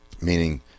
meaning